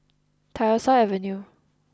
Tyersall Avenue